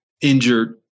injured